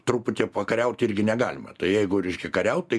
truputį pakariaut irgi negalima tai jeigu reiškia kariaut tai